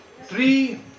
Three